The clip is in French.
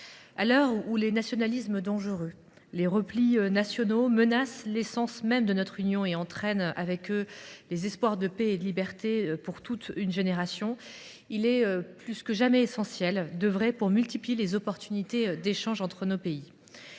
À l’heure où les nationalismes dangereux et des replis nationaux qui menacent l’essence même de l’Union et entraînent avec eux les espoirs de paix et de liberté de toute une génération, il est plus que jamais essentiel d’œuvrer pour multiplier les opportunités d’échanges entre nos pays.